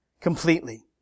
completely